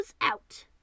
out